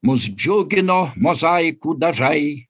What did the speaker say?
mus džiugino mozaikų dažai